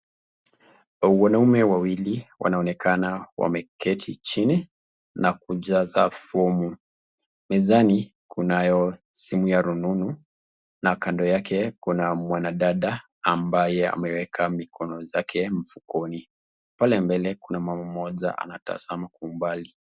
Wanaume wawili wanaonekana wameketi chini na kujaza fomu, mezani kunayo simu ya rununu na kando yake kuna mwanadada ambaye ameeka mikono zake mifukoni, pale mbele kuna mama mmoja anatazama kwa umbali.